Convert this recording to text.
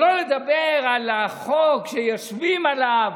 שלא לדבר על החוק שיושבים עליו,